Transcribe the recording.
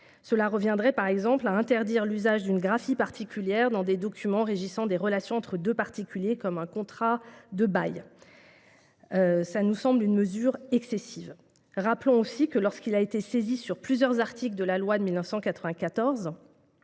Cela reviendrait, par exemple, à interdire l’usage d’une graphie particulière dans des documents régissant des relations entre deux particuliers, comme un contrat de bail. Cette mesure nous semble excessive. Rappelons aussi que le Conseil constitutionnel, lorsqu’il a été saisi sur plusieurs articles de la loi de 1994,